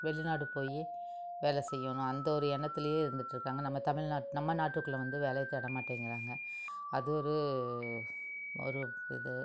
வெளிநாடு போய் வேலை செய்யணும் அந்த ஒரு எண்ணத்திலையே இருந்துகிட்ருக்காங்க நம்ம தமிழ் நாட் நம்ம நாட்டுக்குள்ள வந்து வேலையை தேட மாட்டேங்கிறாங்க அது ஒரு ஒரு இது